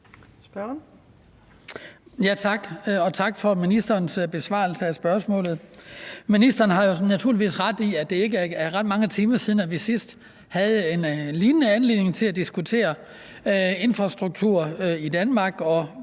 tak for ministerens besvarelse af spørgsmålet. Ministeren har naturligvis ret i, at det ikke er, ret mange timer siden vi sidst havde en lignende anledning til at diskutere infrastruktur i Danmark, og